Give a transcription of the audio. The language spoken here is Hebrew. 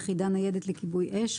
יחידה ניידת לכיבוי אש,